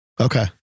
Okay